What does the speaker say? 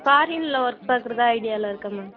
ஃபாரினில் ஒர்க் பார்க்குறதா ஐடியாவில் இருக்கேன் மேம்